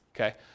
Okay